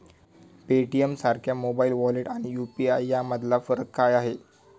पेटीएमसारख्या mobile wallet आणि UPI यामधला फरक काय आहे?